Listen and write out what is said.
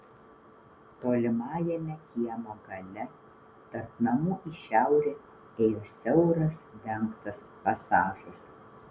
tolimajame kiemo gale tarp namų į šiaurę ėjo siauras dengtas pasažas